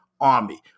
army